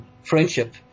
friendship